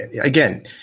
again